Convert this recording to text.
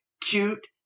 cute